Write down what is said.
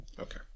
okay